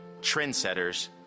trendsetters